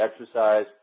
exercise